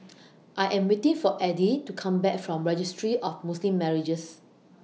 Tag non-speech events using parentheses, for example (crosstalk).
(noise) I Am waiting For Eddy to Come Back from Registry of Muslim Marriages